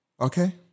Okay